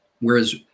Whereas